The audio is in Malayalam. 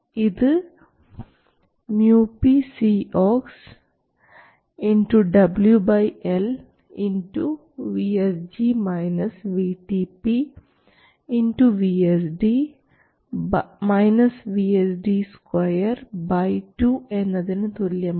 ഇത് µpCoxWL VSD VSD 2 2 എന്നതിന് തുല്യമാണ്